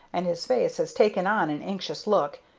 and his face has taken on an anxious look,